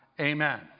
Amen